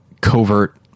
covert